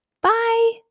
Bye